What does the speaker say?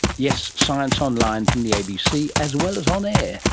yes, science online from the abc, as well as on air.